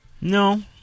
No